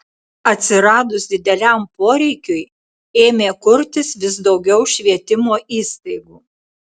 atsiradus dideliam poreikiui ėmė kurtis vis daugiau švietimo įstaigų